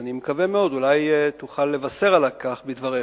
ואני מקווה מאוד, אולי תוכל לבשר על כך בדבריך: